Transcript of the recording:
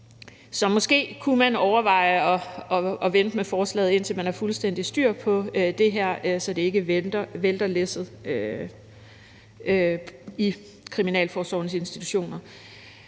Så måske kunne man overveje at vente med forslaget, indtil man har fuldstændig styr på det her, så det ikke vælter læsset i kriminalforsorgens institutioner.